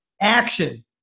action